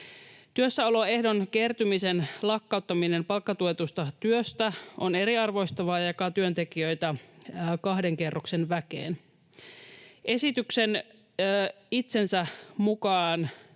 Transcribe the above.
Työssäoloehdon kertymisen lakkauttaminen palkkatuetusta työstä on eriarvoistavaa ja jakaa työntekijöitä kahden kerroksen väkeen. Esityksen itsensä mukaan: